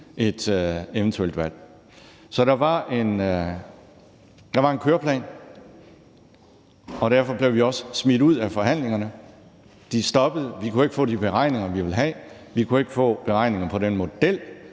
et eventuelt valg. Så der var en køreplan, og derfor blev vi også smidt ud af forhandlingerne. De stoppede, og vi kunne ikke få de beregninger, vi ville have. Vi kunne ikke få beregninger på den model,